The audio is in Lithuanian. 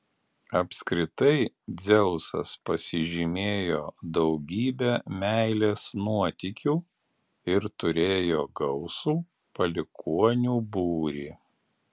apskritai dzeusas pasižymėjo daugybe meilės nuotykių ir turėjo gausų palikuonių būrį